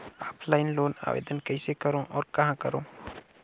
Offline loan आवेदन कइसे करो और कहाँ करो?